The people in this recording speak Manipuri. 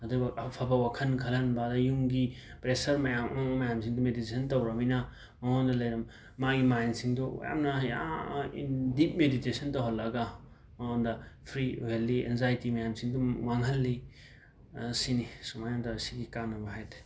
ꯑꯗꯨꯒ ꯑꯐꯕ ꯋꯥꯈꯟ ꯀꯜꯍꯟꯕ ꯑꯗꯩ ꯌꯨꯝꯒꯤ ꯄ꯭ꯔꯦꯁꯔ ꯃꯌꯥꯝ ꯑꯃ ꯑꯃ ꯃꯌꯥꯝꯁꯤꯡꯗꯣ ꯃꯦꯗꯤꯇꯦꯁꯟ ꯇꯧꯔꯝꯅꯤꯅ ꯃꯉꯣꯟꯗ ꯂꯩꯔꯝ ꯃꯥꯒꯤ ꯃꯥꯏꯟꯁꯤꯡꯗꯣ ꯌꯥꯝꯅ ꯌꯥꯝ ꯏꯟ ꯗꯤꯞ ꯃꯦꯗꯤꯇꯦꯁꯟ ꯇꯧꯍꯜꯂꯒ ꯃꯉꯣꯟꯗ ꯐ꯭ꯔꯤ ꯑꯣꯏꯍꯜꯂꯤ ꯑꯦꯟꯖꯥꯏꯇꯤ ꯃꯌꯥꯝꯁꯤꯡꯗꯣ ꯃꯥꯡꯍꯜꯂꯤ ꯁꯤꯅꯤ ꯁꯨꯃꯥꯏ ꯇꯧꯔ ꯁꯤꯒꯤ ꯀꯥꯟꯅꯕ ꯍꯥꯏꯔꯗꯤ